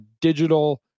digital